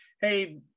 Hey